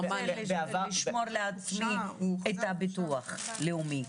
אבל --- לשמור לעצמו את הביטוח הלאומי.